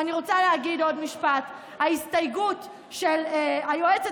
ואני רוצה להגיד עוד משפט: ההסתייגות של היועצת